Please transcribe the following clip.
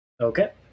Okay